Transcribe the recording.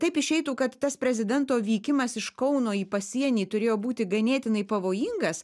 taip išeitų kad tas prezidento vykimas iš kauno į pasienį turėjo būti ganėtinai pavojingas